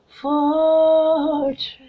fortress